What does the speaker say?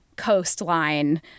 Coastline